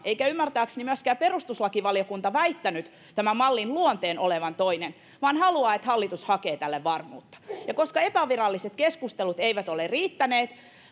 eikä ymmärtääkseni myöskään perustuslakivaliokunta väittänyt tämän mallin luonteen olevan toinen vaan haluaa että hallitus hakee tälle varmuutta koska epäviralliset keskustelut eivät ole riittäneet